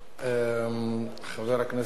חבר הכנסת מסעוד גנאים.